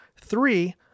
Three